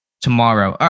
tomorrow